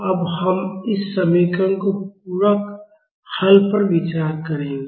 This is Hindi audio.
अब हम इस समीकरण के पूरक हल पर विचार करेंगे